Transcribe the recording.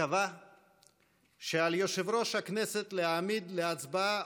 קבע שעל יושב-ראש הכנסת להעמיד להצבעה,